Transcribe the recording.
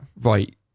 Right